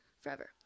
Forever